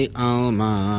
alma